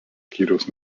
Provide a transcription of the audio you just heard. skyriaus